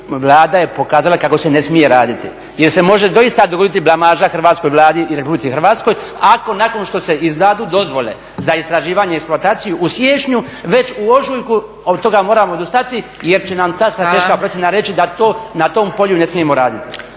Vlada je pokazala kako se ne smije raditi jer se može doista dogoditi blamaža Hrvatskoj Vladi i Republici Hrvatskoj ako nakon što se izdadu dozvole za istraživanje i eksploataciju u siječnju, već u ožujku od toga moramo odustati jer će nam ta strateška procjena reći da to na tom polju ne smijemo raditi.